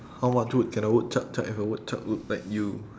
how much wood can a woodchuck chuck if a woodchuck look like you